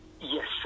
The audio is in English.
Yes